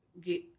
get